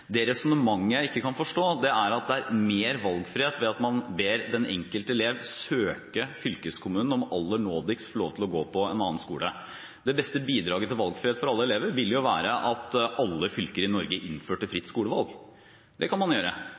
Det resonnementet jeg ikke kan forstå, er at det er mer valgfrihet ved at man ber den enkelte elev søke fylkeskommunen om aller nådigst å få lov til å gå på en annen skole. Det beste bidraget til valgfrihet for alle elever ville være at alle fylker i Norge innførte fritt skolevalg. Det kan man gjøre,